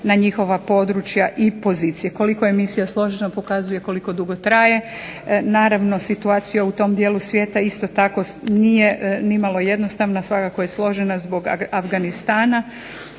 na njihova područja i pozicije. Koliko je misija složena pokazuje koliko dugo traje. Naravno situacija u tom dijelu svijeta isto tako nije nimalo jednostavna, svakako je složena zbog Afganistana